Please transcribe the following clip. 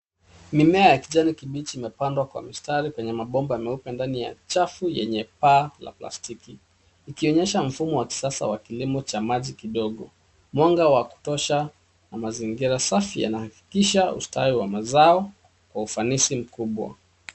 Mimea ya kijani kibichi imepandwa kwenye mstari kwenye mabomba meupe ndani ya chafu yenye paa la plastiki ikionyesha mfumo wa kisasa wa kilimo cha maji kidogo. Mwanga wa kutosha na mazingira safi yana hakikisha ustawi wa mazao kwa ufanisi mkubwa.